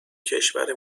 کشور